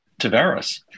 Tavares